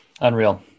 Unreal